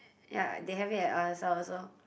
ya they have it at Al-Azhar also